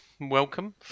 Welcome